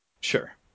Sure